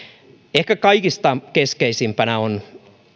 ehkä kaikista keskeisimpänä on